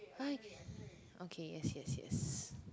like okay yes yes yes